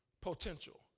potential